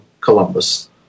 Columbus